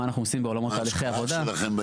מה אנחנו עושים בעולמות תהליכי העבודה,